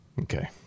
Okay